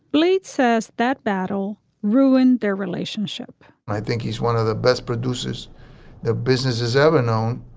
blades says that battle ruined their relationship i think he's one of the best producers that business has ever known